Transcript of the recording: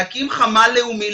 להקים חמ"ל לאומי,